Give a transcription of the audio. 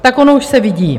Tak ono už se vidí.